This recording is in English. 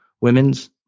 Women's